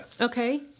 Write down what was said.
Okay